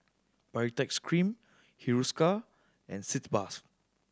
Baritex Cream Hiruscar and Sitz Bath